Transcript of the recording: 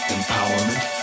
Empowerment